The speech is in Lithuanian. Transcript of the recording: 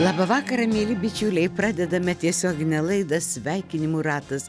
labą vakarą mieli bičiuliai pradedame tiesioginę laidą sveikinimų ratas